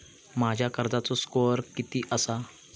माझ्या कर्जाचो स्कोअर किती आसा?